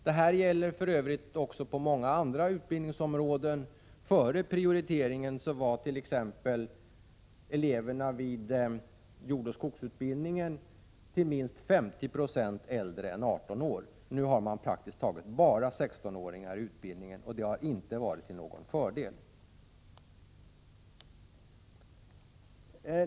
Detta gäller för övrigt också på många andra utbildningsområden. Före prioriteringen var t.ex. minst 50 96 av eleverna vid jordoch skogsutbildningen äldre än 18 år. Nu har man praktiskt taget bara 16-åringar i utbildningen, och det har inte varit till någon fördel.